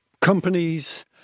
companies